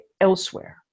elsewhere